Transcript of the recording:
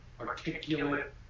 articulate